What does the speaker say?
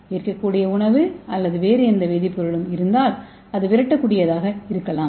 ஈர்க்கக்கூடிய உணவு அல்லது வேறு எந்த வேதிப்பொருளும் இருந்தால் அது விரட்டக்கூடியதாக இருக்கலாம்